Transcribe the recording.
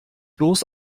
bloß